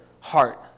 heart